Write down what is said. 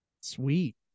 Sweet